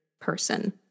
person